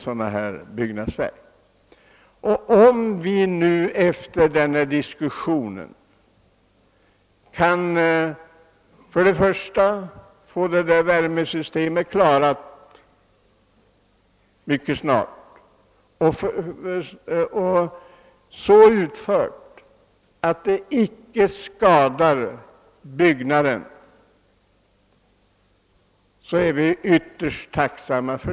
Vi är ytterst tacksamma om efter den här diskussionen värmesystemet i domkyrkan kan utformas så, att det icke skadar byggnaden.